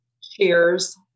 cheers